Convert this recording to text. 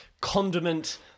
condiment